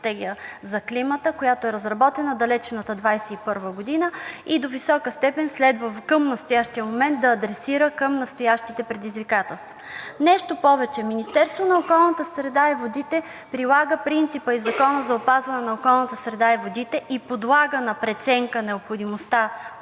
климата, която е разработена в далечната 2021 г. и до висока степен следва към настоящия момент да адресира към настоящите предизвикателства. Нещо повече, Министерството на околната среда и водите прилага принципа и Закона за опазване на околната среда и водите и подлага на преценка необходимостта